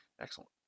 Excellent